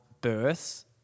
births